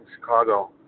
Chicago